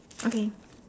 okay